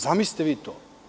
Zamislite vi to.